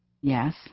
Yes